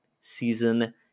season